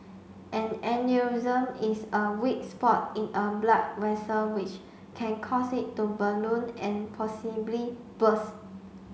an aneurysm is a weak spot in a blood vessel which can cause it to balloon and possibly burst